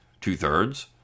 Two-thirds